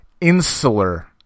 insular